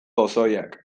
pozoiak